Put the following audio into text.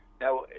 Now